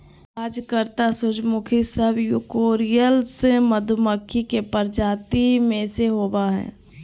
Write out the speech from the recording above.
कार्यकर्ता मधुमक्खी सब यूकोसियल मधुमक्खी के प्रजाति में से होबा हइ